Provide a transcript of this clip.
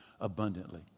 abundantly